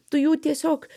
tu jų tiesiog